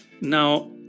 now